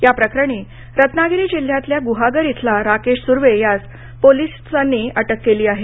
या प्रकरणी रत्नागिरी जिल्ह्यातल्या ग्हागर इथला राकेश सुर्वे यास नाशिक पोलीसांनी अटक केली आहे